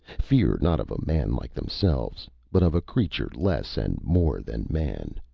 fear not of a man like themselves, but of a creature less and more than man.